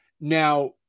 Now